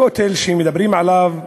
הכותל שמדברים עליו,